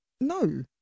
no